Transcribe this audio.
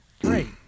Great